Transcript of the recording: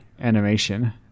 animation